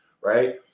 right